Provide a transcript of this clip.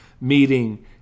meeting